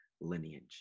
lineage